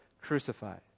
Crucified